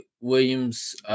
Williams